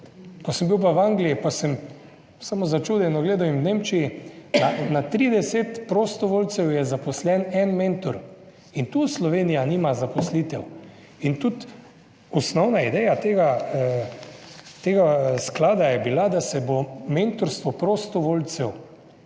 ko sem bil pa v Angliji, pa sem samo začudeno gledal in v Nemčiji na 30 prostovoljcev je zaposlen en mentor in tu Slovenija nima zaposlitev. Tudi osnovna ideja tega sklada je bila, da se bo mentorstvo prostovoljcev